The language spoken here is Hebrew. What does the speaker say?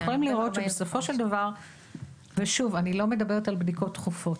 אני לא מדברת על בדיקות דחופות.